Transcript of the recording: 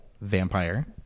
vampire